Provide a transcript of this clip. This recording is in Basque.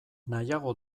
nahiago